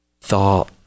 thought